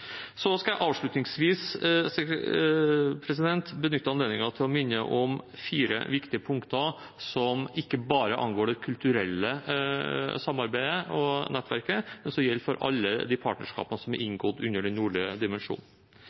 Så skal jeg avslutningsvis benytte anledningen til å minne om fire viktige punkter som ikke bare angår det kulturelle samarbeidet og nettverket, men som gjelder for alle de partnerskapene som er inngått under Den nordlige